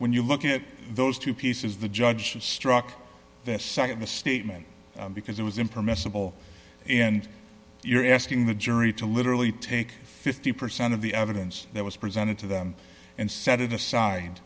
when you look at those two pieces the judge struck that nd the statement because it was impermissible and you're asking the jury to literally take fifty percent of the evidence that was presented to them and set it aside